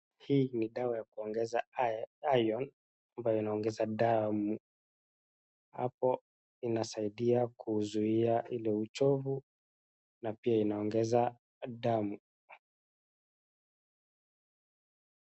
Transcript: Hii ni dawa ya kuongeza iron , ambayo inaongeza damu. Hapo inasaidia kuzuia ile uchovu na pia inaongeza damu.